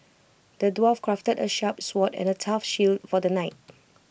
the dwarf crafted A sharp sword and A tough shield for the knight